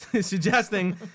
suggesting